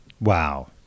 Wow